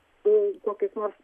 su kokiais nors